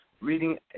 reading